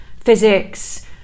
physics